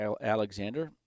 Alexander